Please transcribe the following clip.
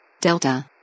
Delta